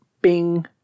bing